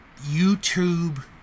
YouTube